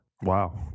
Wow